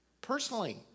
Personally